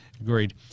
Agreed